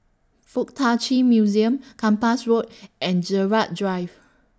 Fuk Tak Chi Museum Kempas Road and Gerald Drive